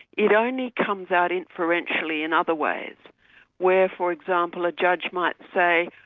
it only comes out inferentially in other ways where for example a judge might say,